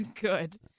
good